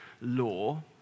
law